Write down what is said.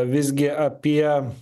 visgi apie